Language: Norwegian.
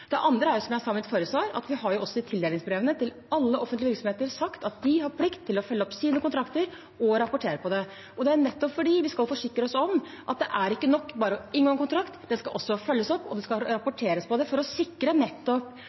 Det andre er, som jeg sa i mitt forrige svar, at vi i tildelingsbrevene til alle offentlige virksomheter også har sagt at de har plikt til å følge opp sine kontrakter, og rapportere om det. Det er nettopp fordi vi skal forsikre oss om at det ikke er nok bare å inngå en kontrakt, den skal også følges opp, og det skal rapporteres om det, for å sikre